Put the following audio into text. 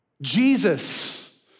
Jesus